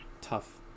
tough